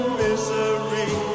misery